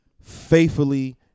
faithfully